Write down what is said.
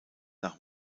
nach